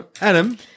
Adam